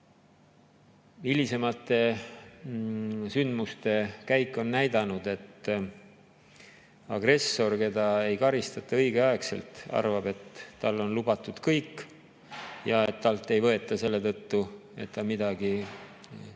Hilisemate sündmuste käik on näidanud, et agressor, keda ei karistata õigeaegselt, arvab, et talle on lubatud kõik ja et talt ei võeta selle tõttu, et ta midagi teeb,